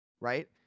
right